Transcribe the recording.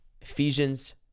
Ephesians